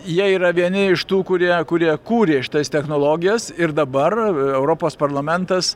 jie yra vieni iš tų kurie kurie kūrė šitas technologijas ir dabar europos parlamentas